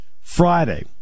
Friday